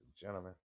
gentlemen